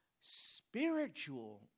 spiritual